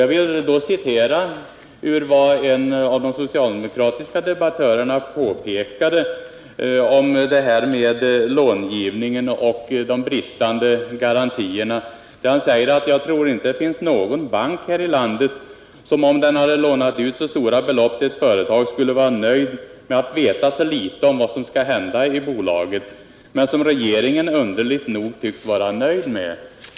Jag skall återge vad en av de socialdemokratiska debattörerna påpekade om detta med långivning och bristande garantier. Han sade att han inte trodde att det fanns någon bank här i landet som, om den hade lånat ut så stora belopp till ett företag, skulle vara nöjd med att veta så litet om vad som skall hända i bolaget. Men det tycks regeringen underligt nog vara nöjd med.